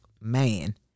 Man